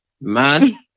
man